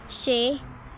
ਛੇ